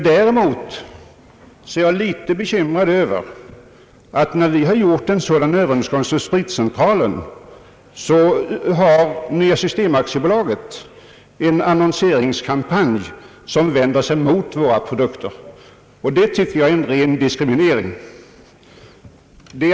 Däremot är jag litet bekymrad över att medan vi har gjort en sådan överenskommelse med Vin & spritcentralen har Nya system AB en annonseringskampanj, som vänder sig mot våra produkter. Det tycker jag är en ren diskriminering.